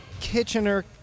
Kitchener